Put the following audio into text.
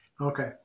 Okay